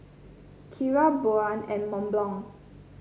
Akira Braun and Mont Blanc